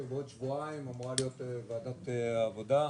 בעוד שבועיים אמורה להיות ועדת עבודה,